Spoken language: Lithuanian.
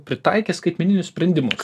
pritaikė skaitmeninius sprendimus